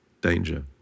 danger